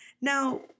Now